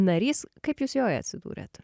narys kaip jūs joje atsidūrėte